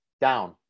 down